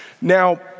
Now